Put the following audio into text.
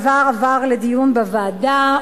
והוא עבר לדיון בוועדה.